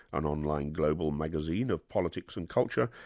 an online global magazine of politics and culture,